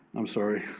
i'm sorry.